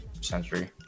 century